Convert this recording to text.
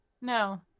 No